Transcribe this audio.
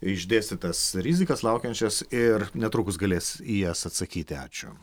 išdėstytas rizikas laukiančias ir netrukus galės į jas atsakyti ačiū